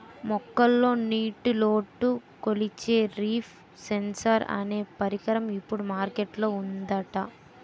మొక్కల్లో నీటిలోటు కొలిచే లీఫ్ సెన్సార్ అనే పరికరం ఇప్పుడు మార్కెట్ లో ఉందట